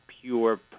pure